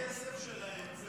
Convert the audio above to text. זה כסף שלהם.